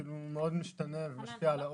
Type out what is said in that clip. זה מאוד משתנה ומשפיע על האורך.